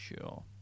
Sure